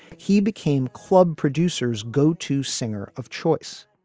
he became club producers go to singer of choice.